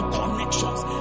connections